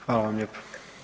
Hvala vam lijepo.